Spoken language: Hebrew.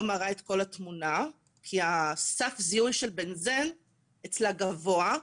מראה את כל התמונה כי סף הזיהוי של בנזן אצלה גבוה,